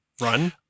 run